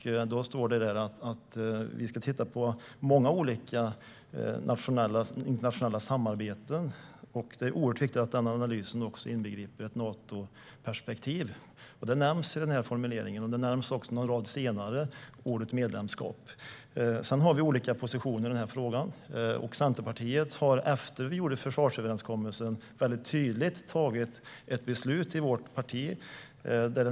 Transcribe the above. Där står det att vi ska titta på många olika internationella samarbeten. Det är oerhört viktigt att den analysen också inbegriper ett Natoperspektiv. Det nämns i den här formuleringen. Någon rad senare nämns även ordet "medlemskap". Sedan har vi olika positioner i frågan. Efter att vi ingick försvarsöverenskommelsen har Centerpartiet tagit ett tydligt beslut.